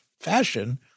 fashion